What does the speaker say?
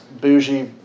bougie